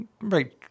Right